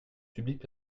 publiques